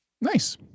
Nice